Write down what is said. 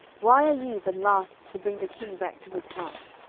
why are ye the last to bring the king back to his house?